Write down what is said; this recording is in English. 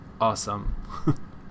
awesome